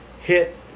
hit